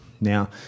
Now